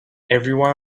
everyone